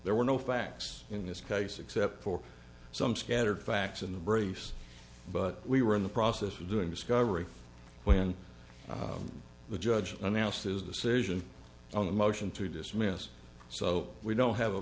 there were no facts in this case except for some scattered facts in the brace but we were in the process of doing discovery when the judge announced his decision on the motion to dismiss so we don't have a